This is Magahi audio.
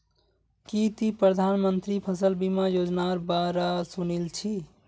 की ती प्रधानमंत्री फसल बीमा योजनार बा र सुनील छि